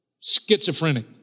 schizophrenic